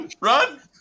Run